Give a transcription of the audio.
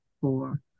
four